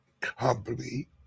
Company